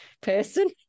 person